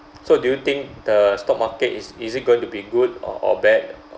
so do you think the stock market is is it going to be good or or bad